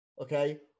okay